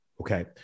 okay